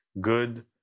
good